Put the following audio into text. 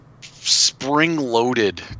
spring-loaded